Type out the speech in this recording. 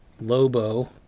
Lobo